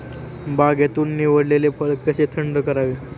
बागेतून निवडलेले फळ कसे थंड करावे?